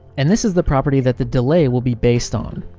and this is the property that the delay will be based on.